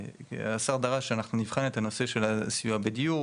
השר דרש שאנחנו נבחן את הנושא של הסיוע בדיור,